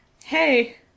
Hey